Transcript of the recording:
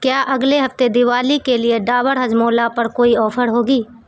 کیا اگلے ہفتے دیوالی کے لیے ڈابر ہاجمولا پر کوئی آفر ہوگی